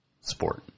sport